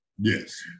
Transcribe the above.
Yes